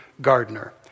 gardener